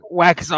wax